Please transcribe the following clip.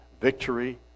victory